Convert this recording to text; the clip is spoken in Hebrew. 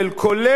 כולל,